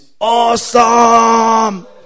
awesome